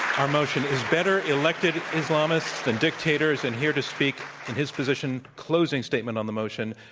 our motion is better elected islamists than dictators. and here to speak in his position, closing statement on the motion,